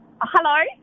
Hello